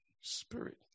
spirit